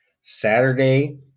Saturday